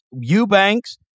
Eubanks